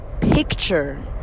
picture